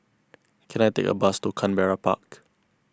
can I take a bus to Canberra Park